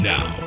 Now